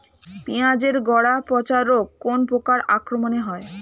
পিঁয়াজ এর গড়া পচা রোগ কোন পোকার আক্রমনে হয়?